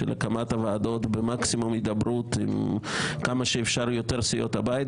של הקמת הוועדות במקסימום הידברות עם כמה שיותר מסיעות הבית,